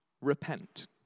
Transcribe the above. repent